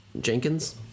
Jenkins